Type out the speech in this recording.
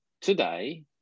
today